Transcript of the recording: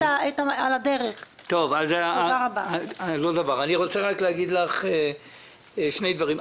אני רוצה להגיד לך שני דברים.